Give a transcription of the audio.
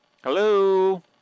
Hello